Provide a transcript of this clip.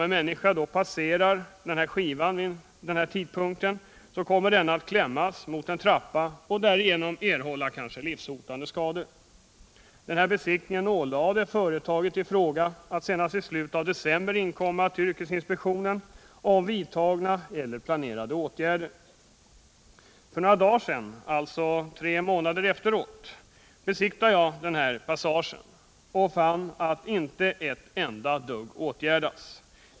En människa som passerar vid denna tidpunkt kommer att klämmas mot en trappa och därigenom erhålla kanske livshotande skador. Genom besiktningen ålades företaget i fråga att senast i slutet av december rapportera till yrkesinspektionen om vidtagna eller planerade åtgärder. För några dagar sedan — alltså tre månader efteråt — besiktigade jag den här passagen och fann att inte några som helst åtgärder vidtagits.